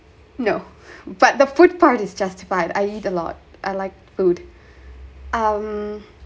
no but the food part is just fine I eat a lot I like food um